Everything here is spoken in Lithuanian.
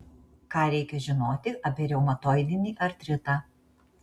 ką reikia žinoti apie reumatoidinį artritą